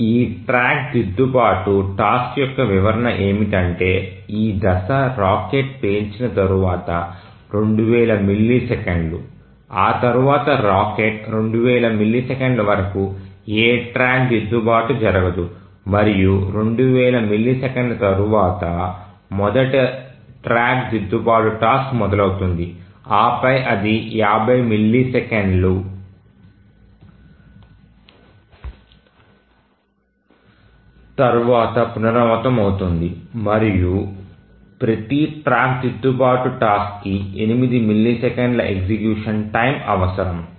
ఈ ట్రాక్ దిద్దుబాటు టాస్క్ యొక్క వివరణ ఏమిటంటే ఈ దశ రాకెట్ పేల్చిన తరువాత 2000 మిల్లీసెకన్లు ఆ తర్వాత రాకెట్ 2000 మిల్లీసెకన్ల వరకు ఏ ట్రాక్ దిద్దుబాటు జరగదు మరియు 2000 మిల్లీ సెకన్ల తర్వాత మొదటి ట్రాక్ దిద్దుబాటు టాస్క్ మొదలవుతుంది ఆపై అది 50 మిల్లీసెకన్ల తర్వాత పునరావృతమవుతుంది మరియు ప్రతి ట్రాక్ దిద్దుబాటు టాస్క్కి 8 మిల్లీసెకన్ల ఎగ్జిక్యూషన్ టైమ్ అవసరం